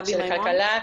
של כלכלה,